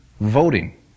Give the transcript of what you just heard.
voting